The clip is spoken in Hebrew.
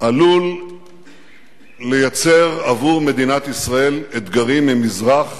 עלול לייצר עבור מדינת ישראל אתגרים ממזרח